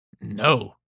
No